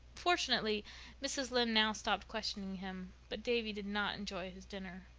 fortunately mrs. lynde now stopped questioning him but davy did not enjoy his dinner.